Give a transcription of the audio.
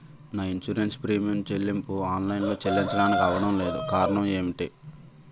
నా insurance premium చెల్లింపు online లో చెల్లించడానికి అవ్వడం లేదు కారణం ఏమిటి?